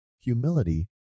Humility